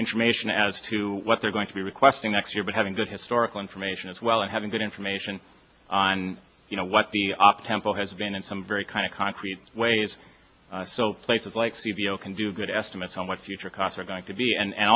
information as to what they're going to be requesting next year but having good historical information as well as having good information on you know what the op tempo has been and some very kind of concrete ways so places like studio can do good estimates how much future costs are going to be and a